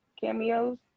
cameos